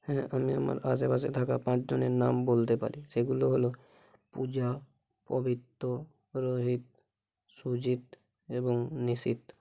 হ্যাঁ আমি আমার আশেপাশে থাকা পাঁচজনের নাম বলতে পারি সেগুলো হলো পূজা প্রবিত্ত রোহিত সুজিত এবং নিশিত